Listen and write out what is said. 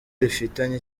rifitanye